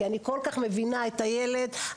כי אני כל כך מבינה את הילד הזה,